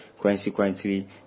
Consequently